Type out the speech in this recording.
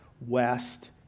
west